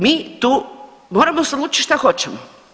Mi tu moramo se odlučit šta hoćemo.